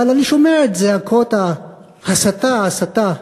אבל אני שומע את זעקות ה"הסתה, הסתה",